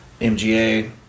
MGA